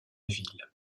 ville